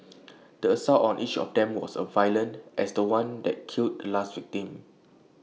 the assault on each of them was as violent as The One that killed the last victim